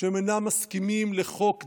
שהם אינם מסכימים לחוק דרעי,